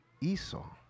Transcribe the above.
Esau